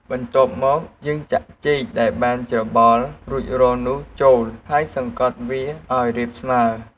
បន្ទាប់មកយើងចាក់ចេកដែលបានច្របល់រួចរាល់នោះចូល ហើយសង្កត់វាឱ្យរាបស្មើ។